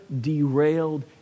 derailed